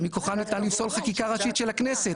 ומכוחה ניתן לפסול חקיקה ראשית של הכנסת,